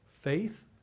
faith